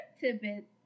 tidbit